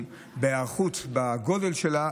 בהיערכות לגודל שלה,